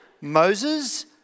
Moses